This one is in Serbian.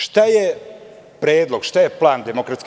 Šta je predlog, šta je plan DS?